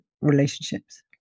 relationships